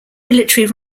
military